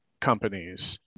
companies